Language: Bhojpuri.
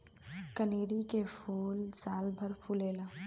कनेरी के फूल सालभर फुलेला